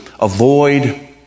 avoid